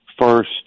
first